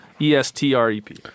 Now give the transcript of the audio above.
E-S-T-R-E-P